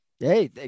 Hey